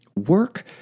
work